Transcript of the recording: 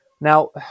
Now